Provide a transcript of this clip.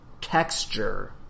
texture